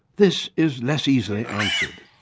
this is less easily answered.